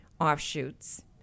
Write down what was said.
Offshoots